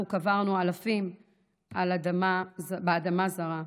אנחנו קברנו אלפים באדמה זרה.